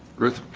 ruth